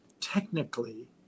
technically